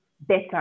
better